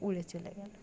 উড়ে চলে গেল